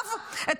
שעריו -- תודה רבה.